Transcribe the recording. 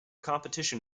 competition